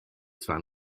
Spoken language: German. zwar